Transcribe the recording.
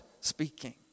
speaking